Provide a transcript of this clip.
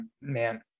man